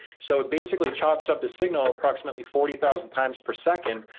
so, it basically chops up the signal approximately forty thousand times per second,